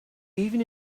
even